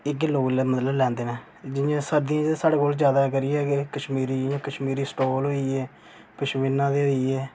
इयै लोग मतलब लैंदे न जियां सर्दी ते स्हा़ड़े कोल ज्यादा करियै गै कश्मीरी जियां कश्मीरी स्टाल होई गे पश्मीना दे होई गे